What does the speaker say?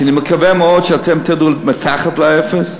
שאני מקווה מאוד שאתם תרדו בה מתחת לאפס?